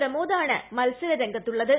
പ്രമോദാണ് മത്സര രംഗത്തുള്ളത്